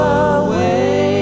away